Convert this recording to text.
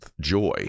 joy